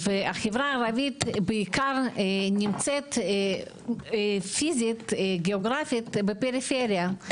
החברה הערבית בעיקר נמצאת פיזית וגאוגרפית בפריפריה,